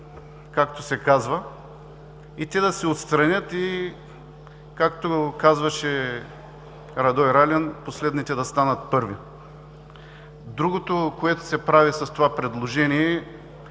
както се казва, и те да се отстранят, и както казваше Радой Ралин: „Последните да станат първи“. Другото, което се прави с това предложение,